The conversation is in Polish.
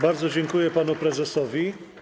Bardzo dziękuję panu prezesowi.